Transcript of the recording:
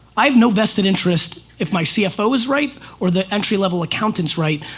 i've no vested interest if my cfo is right or the entry level accountant is right.